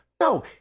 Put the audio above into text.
No